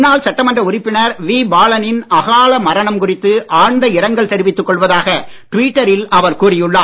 முன்னாள் சட்டமன்ற உறுப்பினர் வி பாலனின் அகால மரணம் குறித்து ஆழ்ந்த இரங்கல் தெரிவித்துக்கொள்வதாக டுவிட்டரில் அவர் கூறியுள்ளார்